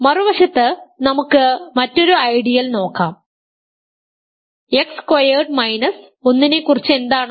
മറുവശത്ത് നമുക്ക് മറ്റൊരു ഐഡിയൽ നോക്കാം എക്സ് സ്ക്വയേർഡ് മൈനസ് 1 നെക്കുറിച്ച് എന്താണ്